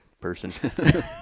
person